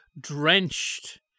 drenched